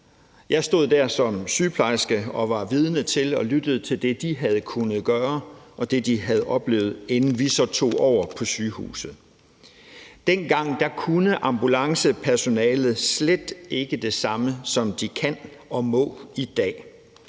Jeg stod der som sygeplejerske og var vidne til og lyttede til det, de havde kunnet gøre, og det, de havde oplevet, inden vi så tog over på sygehuset. Dengang kunne ambulancepersonalet slet ikke det samme, som de kan og må i dag.